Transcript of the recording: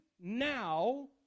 now